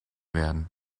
werden